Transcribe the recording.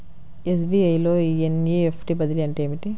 SBI లో NEFT బదిలీ అంటే ఏమిటి?